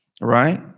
right